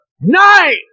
night